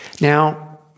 Now